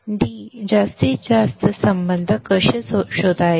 d max संबंध कसे शोधायचे